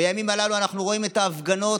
בימים הללו אנחנו רואים את ההפגנות